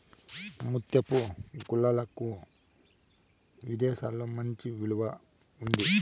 ముత్యపు గుల్లలకు విదేశాలలో మంచి విలువ ఉంది